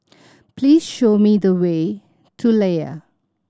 please show me the way to Layar